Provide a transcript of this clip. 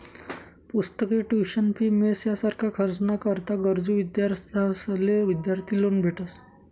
पुस्तके, tuition fee, mess यासारखा खर्च ना करता गरजू विद्यार्थ्यांसले विद्यार्थी लोन भेटस